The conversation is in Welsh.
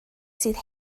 sydd